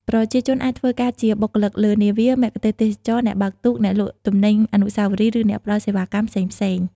ប្រជាជនអាចធ្វើការជាបុគ្គលិកលើនាវា មគ្គុទ្ទេសក៍ទេសចរណ៍ អ្នកបើកទូក អ្នកលក់ទំនិញអនុស្សាវរីយ៍ ឬអ្នកផ្តល់សេវាកម្មផ្សេងៗ។